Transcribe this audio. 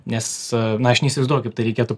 nes na aš neįsivaizduoju kaip tai reikėtų